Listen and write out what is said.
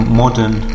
modern